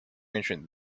ancient